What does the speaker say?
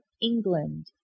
england